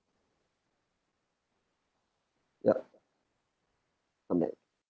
yup on that